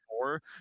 four